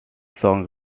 song